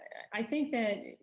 i think that,